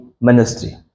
ministry